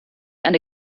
eine